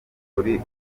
kuri